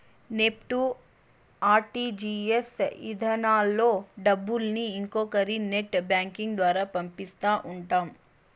NEFT, RTGS ఇధానాల్లో డబ్బుల్ని ఇంకొకరి నెట్ బ్యాంకింగ్ ద్వారా పంపిస్తా ఉంటాం